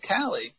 Callie